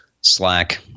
Slack